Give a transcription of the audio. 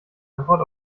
antwort